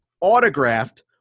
autographed